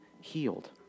healed